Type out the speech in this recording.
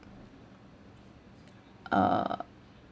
uh